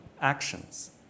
actions